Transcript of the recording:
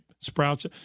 sprouts